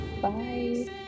Bye